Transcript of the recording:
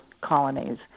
colonies